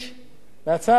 מהצעת חוק שלי,